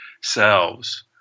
selves